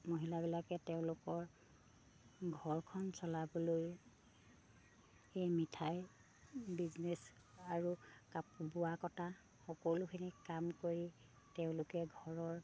মহিলাবিলাকে তেওঁলোকৰ ঘৰখন চলাবলৈ এই মিঠাই বিজনেছ আৰু কাপোৰ বোৱা কটা সকলোখিনি কাম কৰি তেওঁলোকে ঘৰৰ